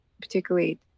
particularly